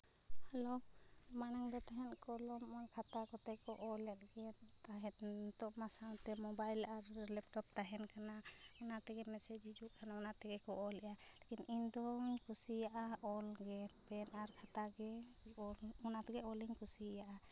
hello ᱢᱟᱲᱟᱝ ᱫᱚ ᱛᱟᱦᱮᱫ ᱠᱚᱞᱚᱢ ᱟᱨ ᱠᱷᱟᱛᱟ ᱠᱚᱛᱮ ᱠᱚ ᱚᱞᱮᱫ ᱜᱮ ᱛᱟᱦᱮᱫ ᱱᱤᱛᱚᱜᱢᱟ ᱥᱟᱶᱛᱮ ᱢᱳᱵᱟᱭᱤᱞ ᱟᱨ ᱞᱮᱯᱴᱚᱯ ᱛᱟᱦᱮᱱ ᱠᱟᱱᱟ ᱚᱱᱟ ᱛᱮᱜᱮ ᱢᱮᱥᱮᱡ ᱦᱤᱡᱩᱜ ᱠᱟᱱᱟ ᱚᱱᱟ ᱛᱮᱜᱮ ᱠᱚ ᱚᱞ ᱮᱜᱼᱟ ᱞᱮᱠᱷᱤᱱ ᱤᱧ ᱫᱚᱧ ᱠᱩᱥᱤᱭᱟᱜᱼᱟ ᱚᱞ ᱜᱮ ᱯᱮᱱ ᱟᱨ ᱠᱷᱟᱛᱟ ᱜᱮ ᱚᱞ ᱚᱱᱟ ᱛᱮᱜᱮ ᱚᱞ ᱤᱧ ᱠᱩᱥᱭᱟᱜᱼᱟ